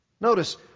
Notice